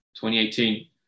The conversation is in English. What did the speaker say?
2018